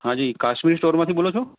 હા જી કાશ્વી સ્ટોરે માંથી બોલો છો